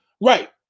Right